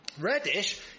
Reddish